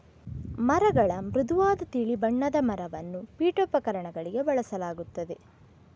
ಮರಗಳ ಮೃದುವಾದ ತಿಳಿ ಬಣ್ಣದ ಮರವನ್ನು ಪೀಠೋಪಕರಣಗಳಿಗೆ ಬಳಸಲಾಗುತ್ತದೆ